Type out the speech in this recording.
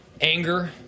Anger